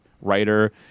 writer